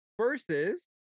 versus